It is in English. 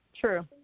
True